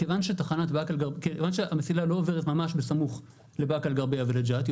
כיוון שהמסילה לא עוברת ממש בסמוך לבאקה אל גרביה ולג'ת,